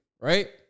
right